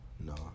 no